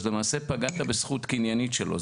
פגעת בזכות קניינית שלו,